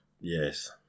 Yes